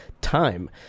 time